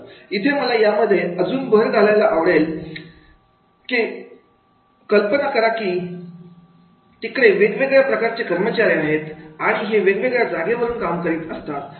इथे मला यामध्ये अजून भर घालायला आवडेल ऊन कल्पना करा की तिकडे वेगवेगळ्या प्रकारचे कर्मचारी आहेत आणि हे वेगवेगळ्या जागेवरून काम करीत असतात